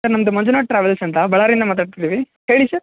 sir ನಮ್ಮ Manjunath travels ಅಂತ ಬಳ್ಳಾರಿಯಿಂದ ಮಾತಾಡ್ತಿದ್ದೀವಿ ಹೇಳಿ ಸರ್